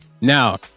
Now